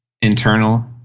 internal